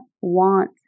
want